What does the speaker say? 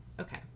okay